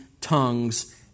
tongues